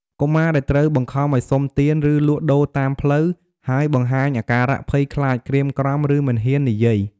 កុមារដែលត្រូវបង្ខំឲ្យសុំទាន ឬលក់ដូរតាមផ្លូវ ហើយបង្ហាញអាការៈភ័យខ្លាច ក្រៀមក្រំ ឬមិនហ៊ាននិយាយ។